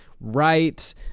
Right